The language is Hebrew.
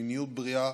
מיניות בריאה,